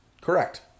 Correct